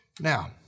Now